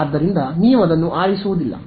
ಆದ್ದರಿಂದ ನೀವದನ್ನು ಆರಿಸುವುದಿಲ್ಲ